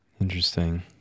Interesting